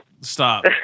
stop